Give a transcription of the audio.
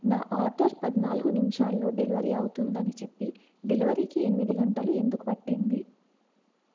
నా ఆర్డర్ పద్నాలుగు నిమిషాల్లో డెలివరీ అవుతుందని చెప్పి డెలివరికి ఎనిమిది గంటలు ఎందుకు పట్టింది